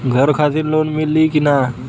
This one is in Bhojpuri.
घर खातिर लोन मिली कि ना?